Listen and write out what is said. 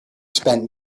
spent